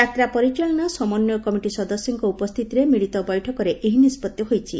ଯାତ୍ରା ପରିଚାଳନା ସମନ୍ୱୟ କମିଟି ସଦସ୍ୟଙ୍କ ଉପସ୍ଥିତିରେ ମିଳିତ ବୈଠକରେ ଏହି ନିଷ୍ବଉି ହୋଇଛି